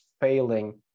failing